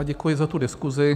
Děkuji za diskuzi.